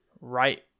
right